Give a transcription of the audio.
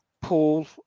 Paul